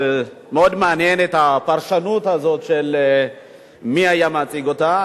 מאוד מעניינת הפרשנות הזאת של מי היה מציג אותה.